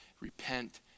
repent